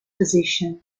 position